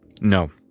No